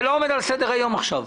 זה לא עומד על סדר היום עכשיו.